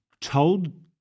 told